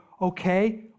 Okay